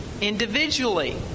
individually